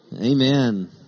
Amen